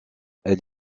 elle